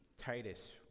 Titus